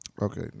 Okay